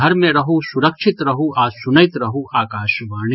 घर मे रहू सुरक्षित रहू आ सुनैत रहू आकाशवाणी